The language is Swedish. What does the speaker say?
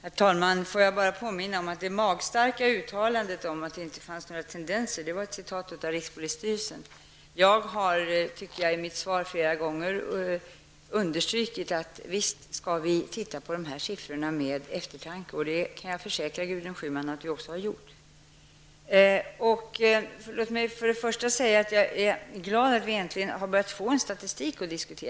Herr talman! Låt mig bara påminna om att det magstarka uttalandet om att det inte fanns några tendenser var ett citat från rikspolisstyrelsen. Jag har i mitt svar flera gånger understrukit att vi visst skall se på dessa siffror med eftertanke. Jag kan också försäkra Gudrun Schyman att vi har gjort det. Låt mig först säga att jag är glad över att vi äntligen har börjat få en statistik att diskutera.